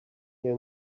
here